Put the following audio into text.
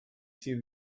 see